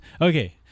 Okay